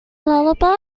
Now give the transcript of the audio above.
lullaby